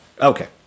Okay